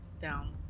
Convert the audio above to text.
down